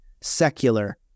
secular